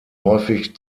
häufig